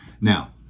Now